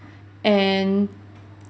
and